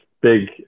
big